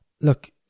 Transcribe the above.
look